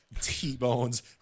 T-bones